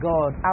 God